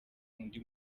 undi